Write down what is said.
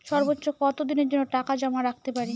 সর্বোচ্চ কত দিনের জন্য টাকা জমা রাখতে পারি?